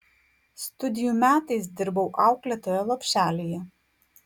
studijų metais dirbau auklėtoja lopšelyje